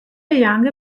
younger